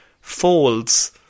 folds